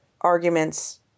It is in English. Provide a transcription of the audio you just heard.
arguments